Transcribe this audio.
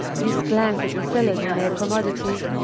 this glance at the sellers and their commodities,